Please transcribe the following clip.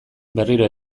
berriro